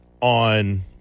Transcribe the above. on